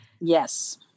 Yes